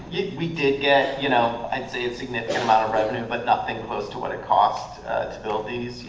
we did get you know i'd say a significant amount of revenue but nothing close to what it costs to build these.